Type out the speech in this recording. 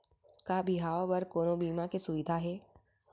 का बिहाव बर कोनो बीमा के सुविधा हे?